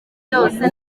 byose